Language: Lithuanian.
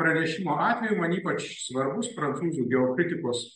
pranešimo atveju man ypač svarbusprancūzų geokritikos